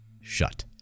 shut